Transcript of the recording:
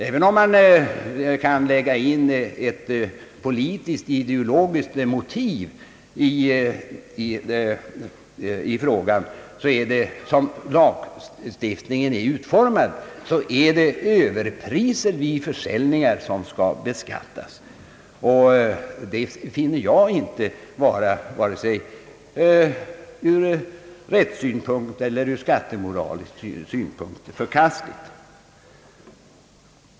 även om man kan lägga in ett politiskt-ideologiskt motiv i frågan är det som lagstiftningen är utformad överpriser vid försäljningar som skall beskattas. Det finner jag inte vara vare sig ur rättssynpunkt eller skattemoralisk synpunkt förkastligt.